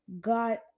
got